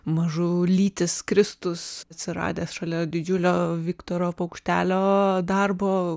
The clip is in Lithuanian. mažulytis kristus atsiradęs šalia didžiulio viktoro paukštelio darbo